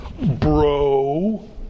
bro